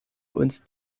uns